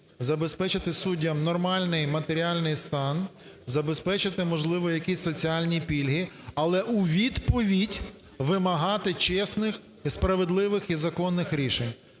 забезпечити суддям нормальний матеріальний стан, забезпечити, можливо, якісь соціальні пільги. Але у відповідь вимагати чесних, справедливих і законних рішень.